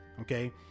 Okay